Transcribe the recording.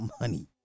money